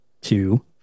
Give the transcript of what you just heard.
two